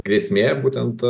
grėsmė būtent